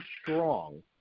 strong